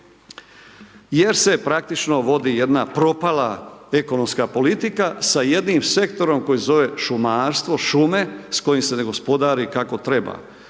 jer se praktično vodi jedna propala ekonomska politika sa jednim sektorom koji se zove šumarstvo, šume s kojim se ne gospodari kako treba.